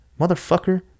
Motherfucker